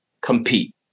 Compete